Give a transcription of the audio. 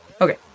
Okay